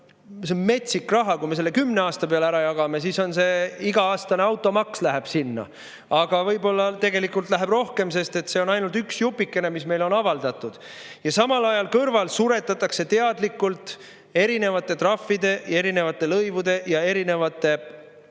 See on metsik raha. Kui me selle kümne aasta peale ära jagame, siis iga-aastane automaks läheb sinna, aga võib-olla tegelikult läheb rohkemgi, sest see on ainult üks jupikene, mis meile on avaldatud. Samal ajal suretatakse teadlikult erinevate trahvide, erinevate lõivude ja erinevate